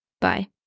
Bye